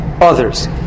others